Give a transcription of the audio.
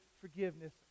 forgiveness